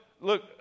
look